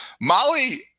Molly